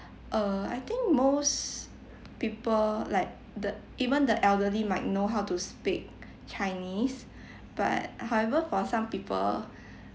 err I think most people like the even the elderly might know how to speak chinese but however for some people